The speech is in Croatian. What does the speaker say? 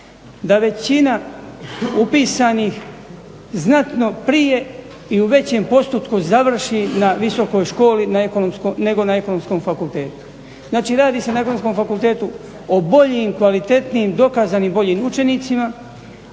Da većina upisanih znatno prije i u većem postotku završi na visokoj školi nego na ekonomskom fakultetu. Znači radi se o ekonomskom fakultetu o boljim, kvalitetnijim, dokazanim boljim učenicima